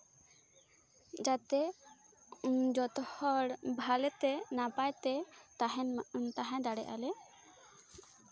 ᱡᱟᱛᱮ ᱡᱚᱛᱚ ᱦᱚᱲ ᱵᱷᱟᱞᱮᱛᱮ ᱱᱟᱯᱟᱭ ᱛᱮ ᱛᱟᱦᱮ ᱛᱟᱦᱮᱸ ᱫᱟᱲᱮᱭᱟᱜᱼᱟᱞᱮ